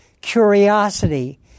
curiosity